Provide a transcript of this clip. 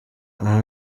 aha